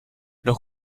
los